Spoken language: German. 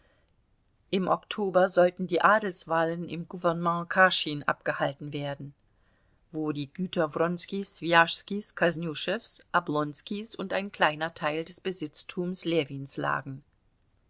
im oktober sollten die adelswahlen im gouvernement kaschin abgehalten werden wo die güter wronskis swijaschskis kosnüschews oblonskis und ein kleiner teil des besitztums ljewins lagen